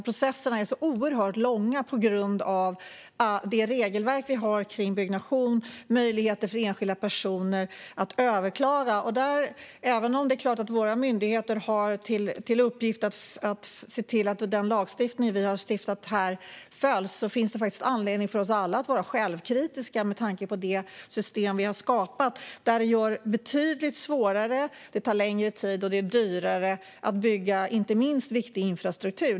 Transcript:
Processerna är oerhört långa på grund av regelverket för byggnation och möjligheterna för enskilda personer att överklaga. Även om myndigheterna har till uppgift att se till att lagstiftningen följs finns det anledning för oss alla att vara självkritiska med tanke på det system vi har skapat. Det här gör att det är betydligt svårare, tar längre tid och är dyrare att bygga viktig infrastruktur.